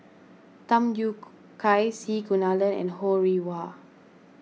Tham Yui Kai C Kunalan and Ho Rih Hwa